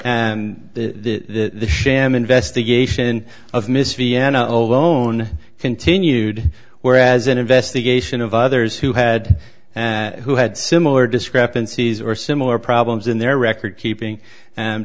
and the sham investigation of miss vienna alone continued whereas an investigation of others who had and who had similar discrepancies or similar problems in their record keeping and